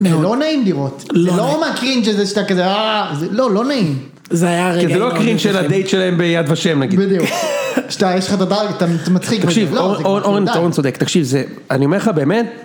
לא נעים לראות, לא מהקרינג' הזה, שאתה כזה אאה. לא, לא נעים. זה היה רגע. כי זה לא הקרינג' של הדייט שלהם ביד ושם, נגיד. בדיוק. שאתה, יש לך את הדרג, אתה מצחיק ואתה ... אורן, אורן צודק, תקשיב, זה. אני אומר לך, באמת.